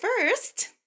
first